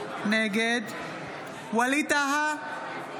נגד ווליד טאהא,